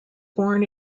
born